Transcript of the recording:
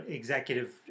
executive